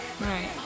Right